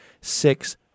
six